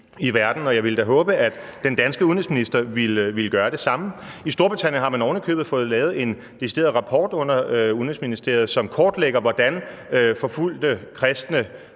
i verden. Og jeg ville da håbe, at den danske udenrigsminister ville gøre det samme. I Storbritannien har man ovenikøbet fået lavet en decideret rapport under udenrigsministeriet, som kortlægger, hvordan forfulgte kristne